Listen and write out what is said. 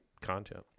content